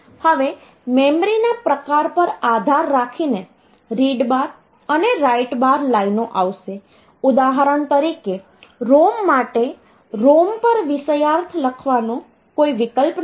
હવે મેમરીના પ્રકાર પર આધાર રાખીને રીડ બાર અને રાઈટ બાર લાઈનો આવશે ઉદાહરણ તરીકે ROM માટે ROM પર વિષયાર્થ લખવાનો કોઈ વિકલ્પ નથી